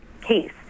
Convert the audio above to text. case